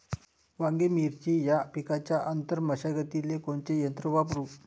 वांगे, मिरची या पिकाच्या आंतर मशागतीले कोनचे यंत्र वापरू?